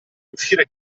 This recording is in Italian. uscire